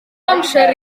amser